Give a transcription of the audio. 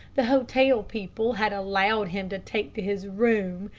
the hotel people had allowed him to take to his room,